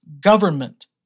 government